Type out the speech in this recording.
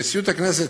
נשיאות הכנסת,